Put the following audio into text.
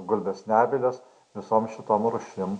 gulbės nebylės visom šitom rūšim